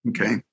Okay